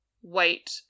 white